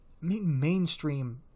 mainstream